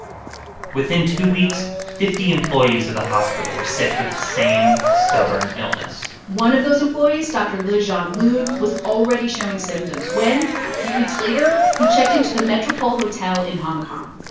within two weeks, fifty employees of the hospital were sick with the same stubborn illness one of those employees, dr. liu jianlun, was already showing symptoms when, a few weeks later, he checked into the metropole hotel in hong kong.